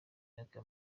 myaka